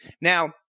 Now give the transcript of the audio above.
Now